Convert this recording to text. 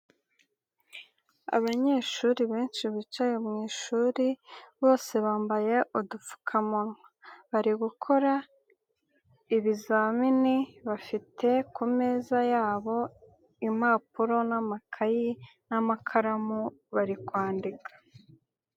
Abanyeshuri benshi bicaye mu ishuri bose bambaye udupfukamunwa, bari gukora ibizamini bafite kumeza yabo impapuro n'amakayi n'amakaramu bari kwandika.